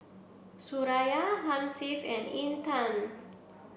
Suraya Hasif and Intan